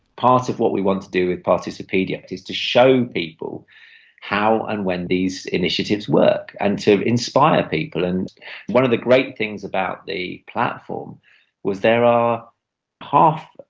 part of what want to do with participedia is to show people how and when these initiatives work, and to inspire people. and one of the great things about the platform was there are half,